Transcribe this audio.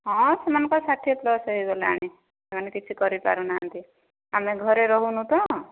ହଁ ସେମାନଙ୍କର ଷାଠିଏ ପ୍ଲସ୍ ହେଇଗଲାଣି ସେମାନେ କିଛି କରିପାରୁନାହାନ୍ତି ଆମେ ଘରେ ରହୁନୁ ତ